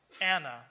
Anna